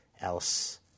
else